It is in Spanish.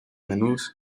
menús